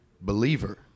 believer